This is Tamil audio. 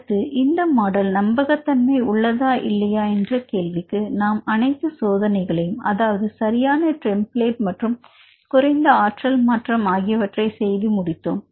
அடுத்த இந்த மாடல் நம்பகத்தன்மை உள்ளதா இல்லையா என்ற கேள்விக்கு நாம் அனைத்து சோதனைகளையும் அதாவது சரியான டெம்ப்ளேட் மற்றும் குறைந்த ஆற்றல் மாற்றம் ஆகியவற்றை செய்து முடித்தோம்